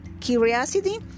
curiosity